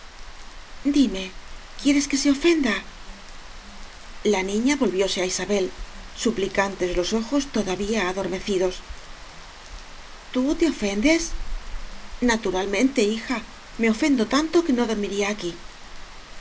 dime quiéres que se ofenda la niña volvióse á isabel suplicantes los ojos todavía adormecidos tú te ofendes naturalmente hija me ofendo tanto que no dormiría aquí